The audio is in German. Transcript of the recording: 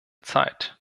zeit